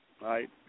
right